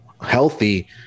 healthy